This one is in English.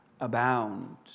abound